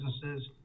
businesses